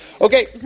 Okay